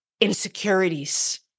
insecurities